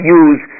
use